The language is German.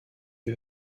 wir